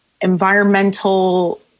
environmental